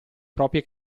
proprie